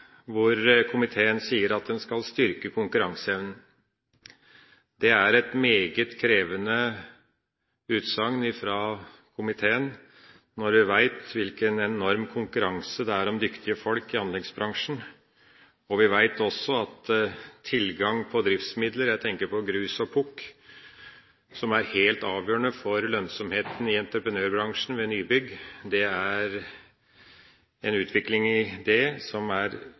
et meget krevende utsagn fra komiteen, når vi vet hvilken enorm konkurranse det er om dyktige folk i anleggsbransjen, og vi også vet at når det gjelder tilgang på driftsmidler – jeg tenker på grus og pukk – er det helt avgjørende for lønnsomheten i entreprenørbransjen ved nybygg. Det er en utvikling i det som er